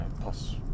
plus